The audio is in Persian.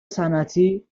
صنعتی